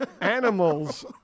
Animals